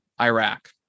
Iraq